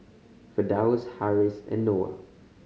Firdaus Harris and Noah